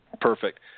Perfect